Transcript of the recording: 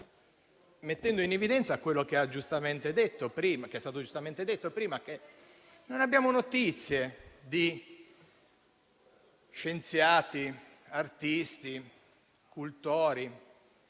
mettendo in evidenza quello che è stato giustamente detto prima, ossia che non abbiamo notizie di scienziati, artisti, cultori